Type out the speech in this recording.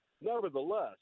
Nevertheless